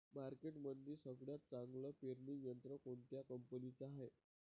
मार्केटमंदी सगळ्यात चांगलं पेरणी यंत्र कोनत्या कंपनीचं हाये?